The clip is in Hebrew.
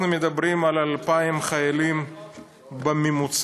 אנחנו מדברים על 2,000 חיילים בממוצע